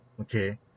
okay